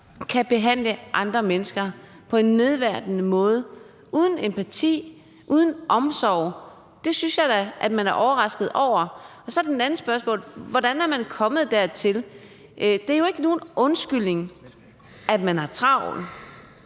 kan behandle andre mennesker på en nedværdigende måde uden empati og uden omsorg – det synes jeg da godt at man kan være overrasket over. Det andet spørgsmål er: Hvordan er man kommet dertil? Det er jo ikke nogen undskyldning, at man har travlt